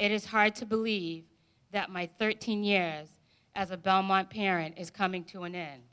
it is hard to believe that my thirteen years as a belmont parent is coming to an end